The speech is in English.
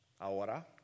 Ahora